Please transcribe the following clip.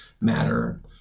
matter